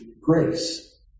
grace